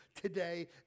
today